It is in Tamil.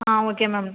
ஆமாம் ஓகே மேம்